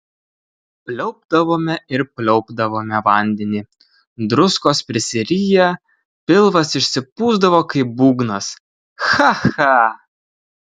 pliaupdavome ir pliaupdavome vandenį druskos prisiriję pilvas išsipūsdavo kaip būgnas cha cha